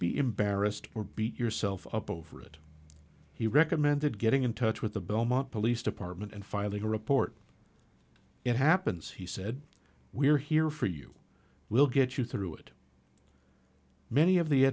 be embarrassed or beat yourself up over it he recommended getting in touch with the belmont police department and filing a report it happens he said we're here for you will get you through it many of the